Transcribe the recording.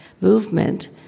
movement